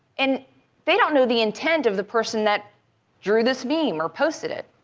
and they don't know the intent of the person that drew this meme or posted it,